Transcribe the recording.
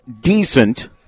decent